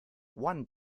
one